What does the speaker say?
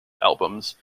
albums